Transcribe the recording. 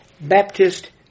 Baptist